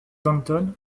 danton